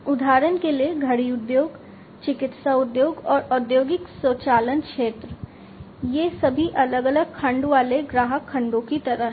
उदाहरण के लिए घड़ी उद्योग चिकित्सा उद्योग और औद्योगिक स्वचालन क्षेत्र ये सभी अलग अलग खंड वाले ग्राहक खंडों की तरह हैं